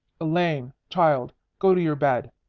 elaine, child, go to your bed.